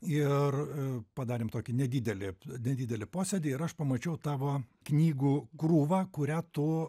ir padarėm tokį nedidelį nedidelį posėdį ir aš pamačiau tavo knygų krūvą kurią tu